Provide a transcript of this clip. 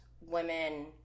women